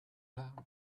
down